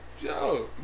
Yo